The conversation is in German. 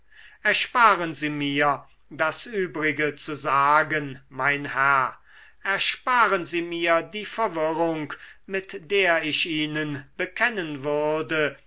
ersparen sie mir das übrige zu sagen mein herr ersparen sie mir die verwirrung mit der ich ihnen bekennen würde